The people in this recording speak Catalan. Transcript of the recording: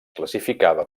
classificava